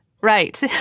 Right